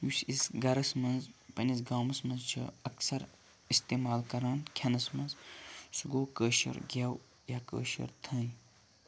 یُس أسۍ گَرَس مَنٛز پَننِس گامَس مَنٛز چھِ اَکثَر اِستعمال کَران کھیٚنَس مَنٛز سُہ گوٚو کٲشُر گیٚو یا کٲشُر تھٔنۍ